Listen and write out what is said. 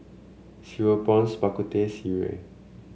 Cereal Prawns Bak Kut Teh Sireh